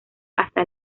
hasta